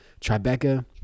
Tribeca